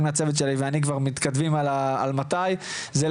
מהצוות שלי ואני כבר מתכתבים על מתי זה יקרה,